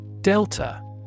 Delta